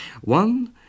One